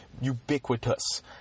ubiquitous